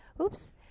oops